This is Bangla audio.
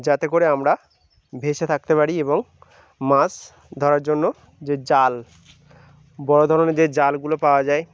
যাতে করে আমরা ভেসে থাকতে পারি এবং মাছ ধরার জন্য যে জাল বড় ধরনের যে জালগুলো পাওয়া যায়